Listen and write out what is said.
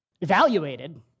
evaluated